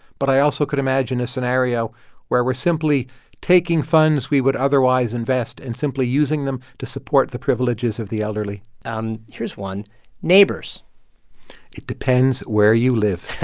but i also could imagine a scenario where we're simply taking funds we would otherwise invest and simply using them to support the privileges of the elderly um here's one neighbors it depends where you live